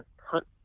hunt